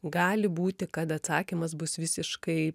gali būti kad atsakymas bus visiškai